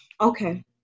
Okay